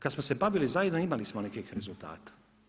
Kad smo se bavili zajedno imali smo nekih rezultata.